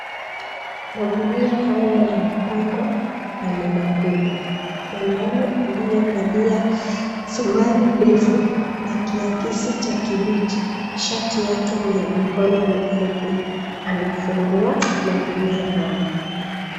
Magunia haya yamepangwa na ni makubwa. Mwanaume aliyevalia suruali ndefu na kiakisi cha kibichi. Shati yake ni ya mikono mifupi. Anafunguo magunia haya.